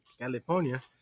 california